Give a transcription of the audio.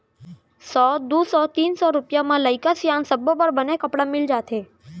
सौ, दू सौ, तीन सौ रूपिया म लइका सियान सब्बो बर बने कपड़ा मिल जाथे